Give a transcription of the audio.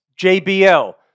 JBL